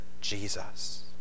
Jesus